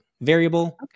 variable